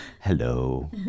Hello